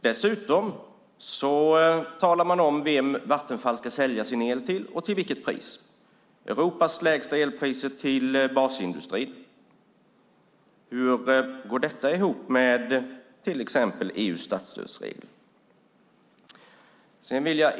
Dessutom talar man om vem Vattenfall ska sälja sin el till och till vilket pris: Europas lägsta elpriser till basindustrin. Hur går detta ihop med till exempel EU:s statsstödsregler?